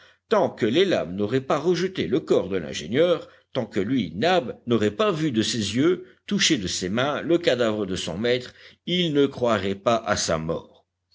tant que les lames n'auraient pas rejeté le corps de l'ingénieur tant que lui nab n'aurait pas vu de ses yeux touché de ses mains le cadavre de son maître il ne croirait pas à sa mort